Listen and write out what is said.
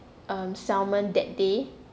um salmon that day